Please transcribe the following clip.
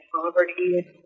poverty